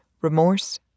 remorse